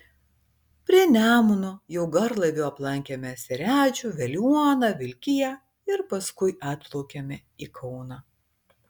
prie nemuno jau garlaiviu aplankėme seredžių veliuoną vilkiją ir paskui atplaukėme į kauną